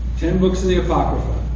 ten books of the apocrypha.